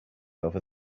over